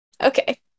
Okay